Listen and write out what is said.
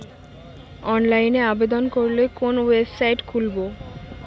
অনলাইনে আবেদন করলে কোন ওয়েবসাইট খুলব?